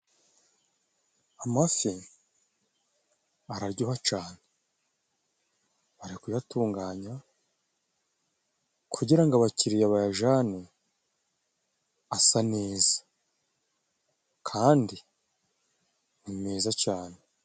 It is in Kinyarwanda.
Amafi araryoha cyane, bari kuyatunganya kugira ngo abakiriya bajyane, asa neza, kandi ni meza cyane.